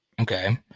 okay